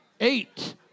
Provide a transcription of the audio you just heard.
eight